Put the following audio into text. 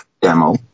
demo